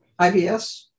IBS